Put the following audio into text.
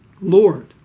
Lord